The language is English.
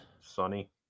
Sunny